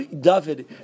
David